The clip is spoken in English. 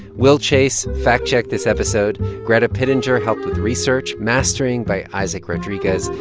will chase fact-checked this episode. greta pittenger helped with research, mastering by isaac rodriguez,